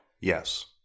Yes